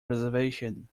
reservation